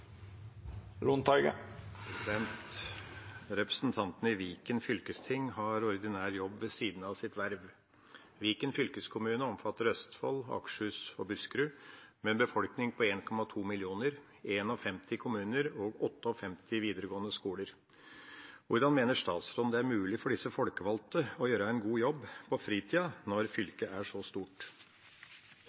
mener. «Representantene i Viken fylkesting har ordinær jobb ved siden av sitt verv. Viken fylkeskommune omfatter Østfold, Akershus og Buskerud med en befolkning på 1,2 millioner, 51 kommuner og 58 videregående skoler. Hvordan mener statsråden det er mulig for disse folkevalgte å gjøre en jobb på fritiden når fylket er så stort?»